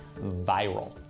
viral